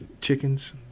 chickens